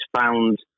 found